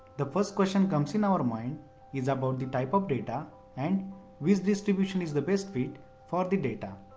the first question comes in our mind is about the type of data and which distribution is the best fit for the data.